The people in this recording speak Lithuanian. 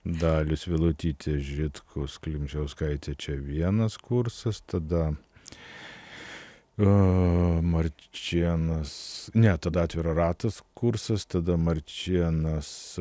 dalius vilutytė žitkus klimčiauskaitė čia vienas kursas tada marčėnas ne tada atviro ratas kursas tada marčėnas